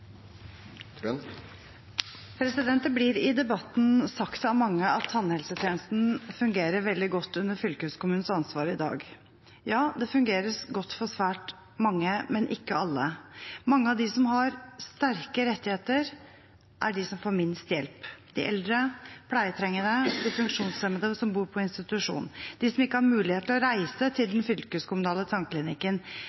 nå. Det blir i debatten sagt av mange at tannhelsetjenesten fungerer veldig godt under fylkeskommunens ansvar i dag. Ja, det fungerer godt for svært mange, men ikke for alle. Mange av dem som har sterke rettigheter, er de som får minst hjelp: de eldre, de pleietrengende, de funksjonshemmede som bor på institusjon, de som ikke har mulighet til å reise til